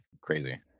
crazy